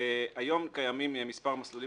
היום קיימים מספר מסלולים